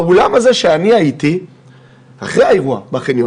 באולם הזה שאני הייתי אחרי האירוע בחניון,